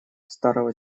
старого